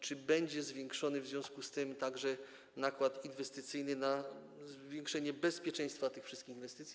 Czy będzie zwiększony w związku z tym także nakład inwestycyjny na zwiększenie bezpieczeństwa tych wszystkich inwestycji?